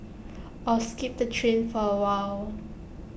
or skip the train for awhile